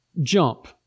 jump